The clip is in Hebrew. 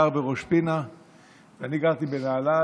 גר בראש פינה ואני גרתי בנהלל,